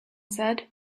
said